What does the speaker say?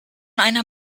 einer